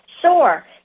Sure